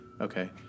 okay